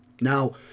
Now